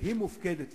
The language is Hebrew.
והיא מופקדת.